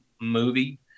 movie